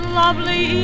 lovely